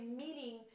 meeting